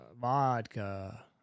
Vodka